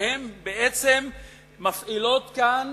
שהן בעצם מפעילות כאן